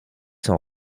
sont